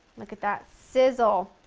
look at that sizzle!